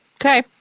Okay